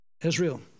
Israel